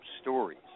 stories